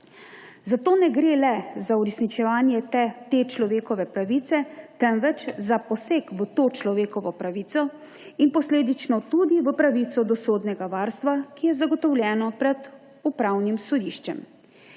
Zato ne gre le za uresničevanje te človekove pravice, temveč za poseg v to človekovo pravico in posledično tudi v pravico do sodnega varstva, ki je zagotovljena pred Upravnim sodiščem.